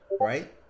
right